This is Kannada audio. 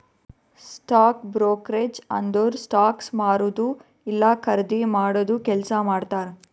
ಸ್ಟಾಕ್ ಬ್ರೂಕ್ರೆಜ್ ಅಂದುರ್ ಸ್ಟಾಕ್ಸ್ ಮಾರದು ಇಲ್ಲಾ ಖರ್ದಿ ಮಾಡಾದು ಕೆಲ್ಸಾ ಮಾಡ್ತಾರ್